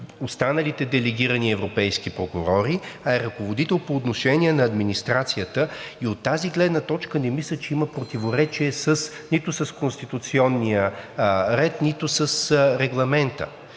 останалите делегирани европейски прокурори, а е ръководител по отношение на администрацията. От тази гледна точка не мисля, че има противоречие нито с конституционния ред, нито с Регламента.